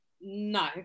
no